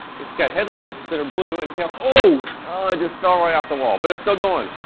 it's got headlights that are blue and tail. oh! ah it just fell right off the wall but it's still going.